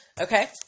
Okay